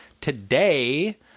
Today